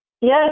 Yes